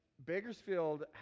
Bakersfield